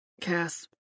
Cass